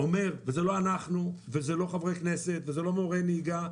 אומר וזה לא אנחנו וזה לא חברי כנסת וזה לא מורי נהיגה,